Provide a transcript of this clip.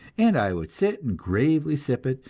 and i would sit and gravely sip it,